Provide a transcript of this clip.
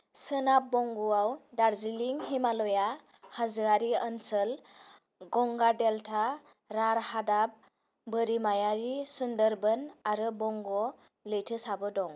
सोनाब बंग'आव दार्जिलिं हिमाल'या हाजोआरि ओनसोल गंगा डेल्टा राढ़ हादाब बोरिमायारि सुन्दरबन आरो बंग' लैथोसाबो दं